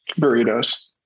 Burritos